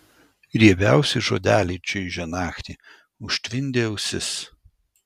riebiausi žodeliai čaižė naktį užtvindė ausis